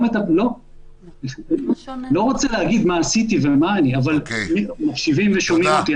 אני לא רוצה להגיד מה עשיתי ומה אני אבל מקשיבים ושומעים אותי,